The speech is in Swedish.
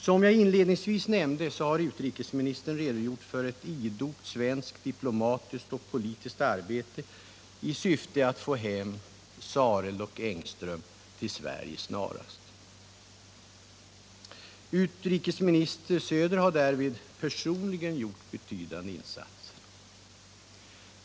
Som jag inledningsvis nämnde har utrikesministern redogjort för ett idogt svenskt diplomatiskt och politiskt arbete i syfte att snarast få hem Sareld och Engström till Sverige. Utrikesminister Söder har därvid personligen gjort betydande insatser.